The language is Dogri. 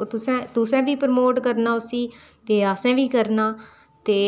ओह् तुसें तुसें बी प्रमोट करना उसी ते असें बी करना ते